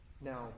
now